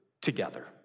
together